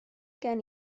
gen